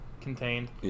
contained